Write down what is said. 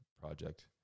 project